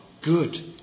good